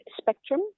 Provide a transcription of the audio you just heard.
spectrum